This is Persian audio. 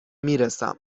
میرسم